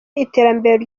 iterambere